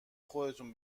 خودتون